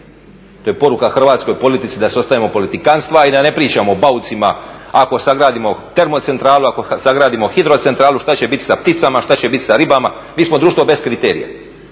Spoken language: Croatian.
To je poruka hrvatskoj politici da se ostavimo politikantstva i da ne pričamo o baucima, ako sagradimo termocentralu, ako sagradimo hidrocentrali šta će biti sa pticama, šta će biti sa ribam. Mi smo društvo bez kriterija.